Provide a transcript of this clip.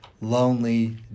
lonely